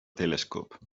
telescope